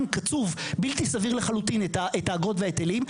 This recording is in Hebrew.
קצוב בלתי סביר לחלוטין את האגרות וההיטלים,